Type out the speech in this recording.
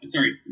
Sorry